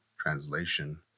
translation